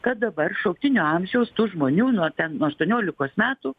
kad dabar šauktinių amžiaus tų žmonių nuo ten nuo aštuoniolikos metų